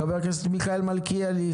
חבר הכנסת מיכאל מלכיאלי,